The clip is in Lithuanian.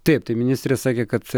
taip tai ministrė sakė kad